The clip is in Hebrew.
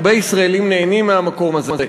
הרבה ישראלים נהנים מהמקום הזה.